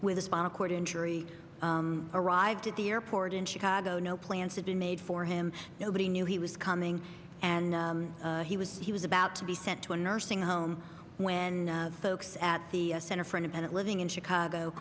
with a spinal cord injury arrived at the airport in chicago no plans have been made for him nobody knew he was coming and he was he was about to be sent to a nursing home when folks at the center for independent living in chicago